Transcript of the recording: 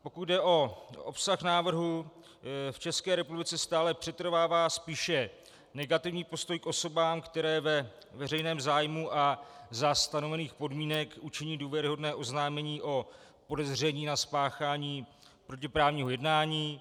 Pokud jde o obsah návrhu, v České republice stále přetrvává spíše negativní postoj k osobám, které ve veřejném zájmu a za stanovených podmínek učiní důvěryhodné oznámení o podezření na spáchání protiprávního jednání.